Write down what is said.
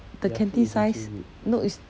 the canteen size no it's